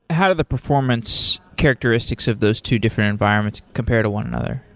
how do the performance characteristics of those two different environments compare to one another?